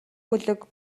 гөлөг